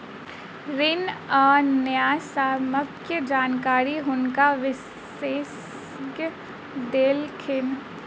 ऋण आ न्यायसम्यक जानकारी हुनका विशेषज्ञ देलखिन